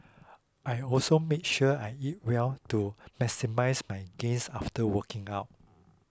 I also make sure I eat well to maximise my gains after working out